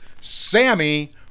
Sammy